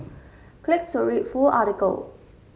click to read full article